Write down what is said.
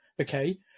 Okay